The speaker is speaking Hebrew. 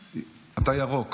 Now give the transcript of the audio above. נתקבלה.